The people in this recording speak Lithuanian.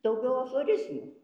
daugiau aforizmų